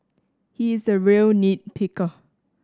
he is a real nit picker